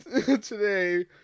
Today